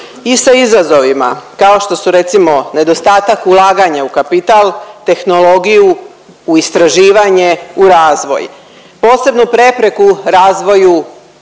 i sa izazovima kao što su recimo nedostatak ulaganja u kapital, tehnologiju, u istraživanje, u razvoj. Posebnu prepreku razvoju